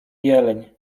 jeleń